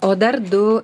o dar du